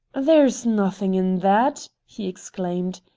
there's nothing in that, he exclaimed.